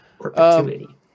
Perpetuity